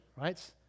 right